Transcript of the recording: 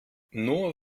nur